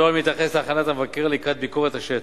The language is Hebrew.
הנוהל מתייחס להכנת המבקר לקראת ביקורת השטח.